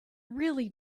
really